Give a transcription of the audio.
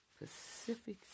Pacific